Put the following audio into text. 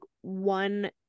one